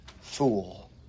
fool